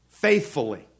Faithfully